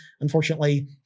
unfortunately